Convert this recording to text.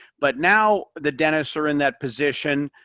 but, now the dentists are in that position,